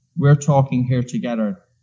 we're talking here together,